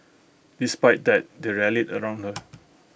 despite that they rallied around her